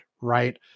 right